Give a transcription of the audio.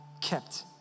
kept